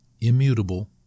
immutable